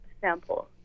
sample